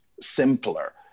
Simpler